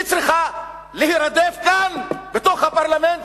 היא צריכה להירדף כאן בתוך הפרלמנט,